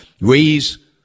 raise